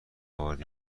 آوردی